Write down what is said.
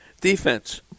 Defense